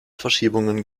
verschiebungen